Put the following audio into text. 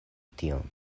tion